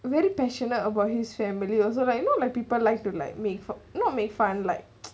very passionate about his family also like you know like people like to like make fun you know make fun like